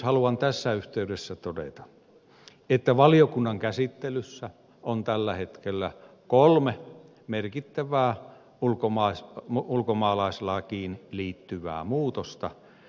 haluan tässä yhteydessä todeta että valiokunnan käsittelyssä on tällä hetkellä kolme merkittävää ulkomaalaislakiin liittyvää muutosta